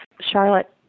Charlotte